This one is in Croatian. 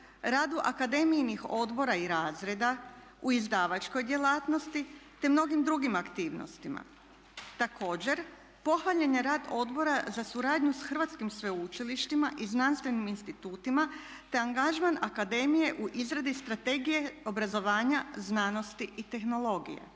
radu akademijinih odbora i razreda u izdavačkoj djelatnosti te mnogim drugim aktivnostima. Također, pohvaljen je rad Odbora za suradnju s hrvatskim sveučilištima i znanstvenim institutima te angažman akademije u izradi Strategije obrazovanja, znanosti i tehnologije.